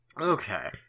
okay